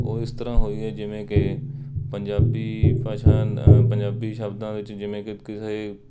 ਉਹ ਇਸ ਤਰ੍ਹਾਂ ਹੋਈ ਹੈ ਜਿਵੇਂ ਕਿ ਪੰਜਾਬੀ ਭਾਸ਼ਾ ਪੰਜਾਬੀ ਸ਼ਬਦਾਂ ਵਿੱਚ ਜਿਵੇਂ ਕਿ ਕਿਸੇ